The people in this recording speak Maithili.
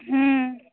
हूँ